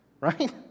right